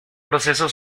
proceso